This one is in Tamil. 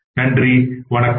நன்றி வணக்கம்